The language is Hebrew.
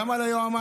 גם על היועמ"שים,